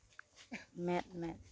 ᱢᱮᱸᱫ ᱢᱮᱸᱫ